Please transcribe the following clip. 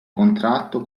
contratto